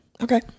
okay